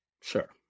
Sure